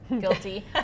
guilty